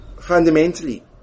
Fundamentally